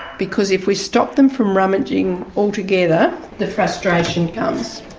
because if we stop them from rummaging altogether the frustration comes.